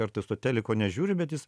kartais to teliko nežiūri bet jis